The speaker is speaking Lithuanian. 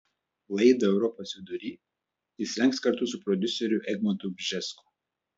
laidą europos vidury jis rengs kartu su prodiuseriu egmontu bžesku